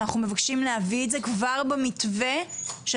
אנחנו מבקשים להביא את זה כבר במתווה של